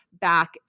back